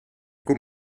komt